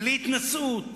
בלי התנשאות,